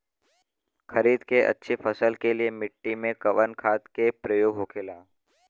खरीद के अच्छी फसल के लिए मिट्टी में कवन खाद के प्रयोग होखेला?